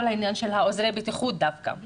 כל העניין של עוזרי הבטיחות דווקא,